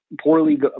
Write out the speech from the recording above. poorly